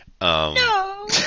No